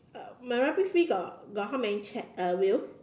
my rubbish bin got got how many chair uh wheel